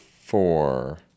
four